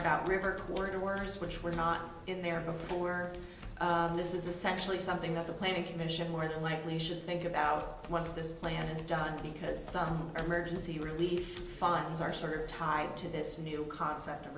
about river word or words which were not in there before this is essentially something that the planning commission more than likely should think about once this plan is done because some emergency relief funds are sort of tied to this new concept